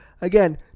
Again